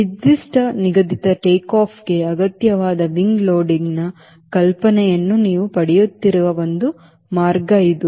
ನಿರ್ದಿಷ್ಟ ನಿಗದಿತ ಟೇಕ್ ಆಫ್ಗೆ ಅಗತ್ಯವಾದ wingloadingನ ಕಲ್ಪನೆಯನ್ನು ನೀವು ಪಡೆಯುತ್ತಿರುವ ಒಂದು ಮಾರ್ಗ ಇದು